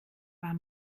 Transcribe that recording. war